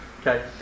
okay